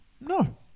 No